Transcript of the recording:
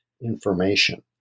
information